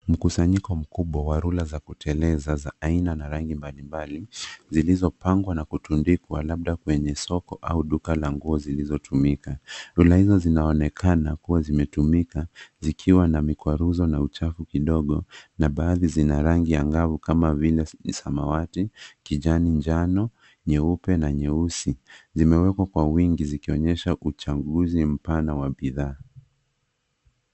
Mkusanyiko mkubwa wa rula za kuteleza za aina na rangi mbalimbali zilizopangwa na kutundikwa labda kwenye soko au duka la nguo zilizotumika. Rula hizo zinaonekana kuwa zimetumika zikiwa na mikwaruzo na uchafu kidogo na baadhi zina rangi angavu kama vile samawati, kijani, njano, nyeupe na nyeusi. Zimewekwa kwa wingi zikionyesha uchanguzi mpana wa bidhaa.